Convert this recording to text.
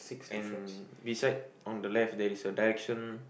and beside on the left there is a direction